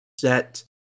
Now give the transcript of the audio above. set